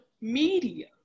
media